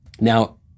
Now